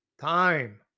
Time